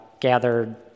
gathered